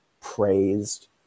praised